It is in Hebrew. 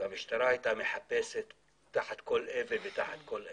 והמשטרה הייתה מחפשת תחת כל אבן ותחת כל עץ.